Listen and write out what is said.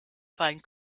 find